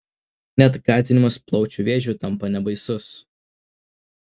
net gąsdinimas plaučių vėžiu tampa nebaisus